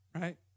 right